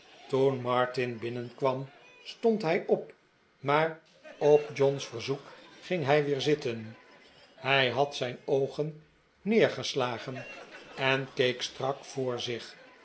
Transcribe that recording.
toen martin binnenkwam stond hij op maar op john's verzoek ging hij weer zitten hij maarten chuzzlewit had zijn oogen neergeslagen en keek strak voor zich